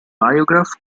biograph